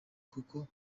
kuko